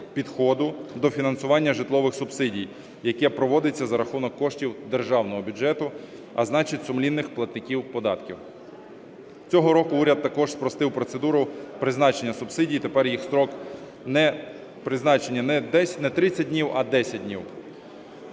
підходу до фінансування житлових субсидій, яке проводиться за рахунок коштів державного бюджету, а значить, сумлінних платників податків. Цього року уряд також спростив процедуру призначення субсидій, тепер їх строк призначення не 30 днів, а 10 днів.